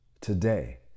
today